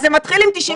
אז זה מתחיל עם 92,